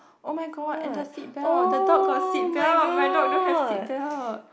oh-my-god and the seatbelt the dog got seatbelt my dog don't have seatbelt